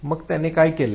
मग त्याने काय केले